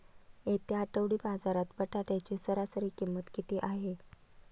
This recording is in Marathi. येत्या आठवडी बाजारात बटाट्याची सरासरी किंमत किती आहे?